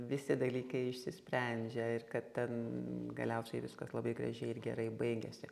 visi dalykai išsisprendžia ir kad ten galiausiai viskas labai gražiai ir gerai baigiasi